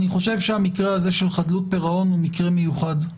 אני חושב שהמקרה הזה של חדלות פירעון הוא מקרה מיוחד,